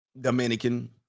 Dominican